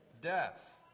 death